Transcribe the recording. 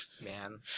Man